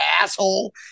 asshole